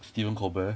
stephen colbert